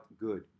good